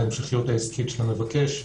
להמשכיות העסקית של המבקש.